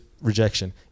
rejection